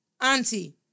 auntie